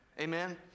Amen